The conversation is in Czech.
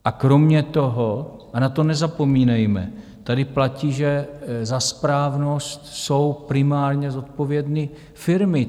A kromě toho, a na to nezapomínejme, tady platí, že za správnost jsou primárně zodpovědné firmy.